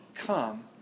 Come